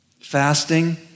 Fasting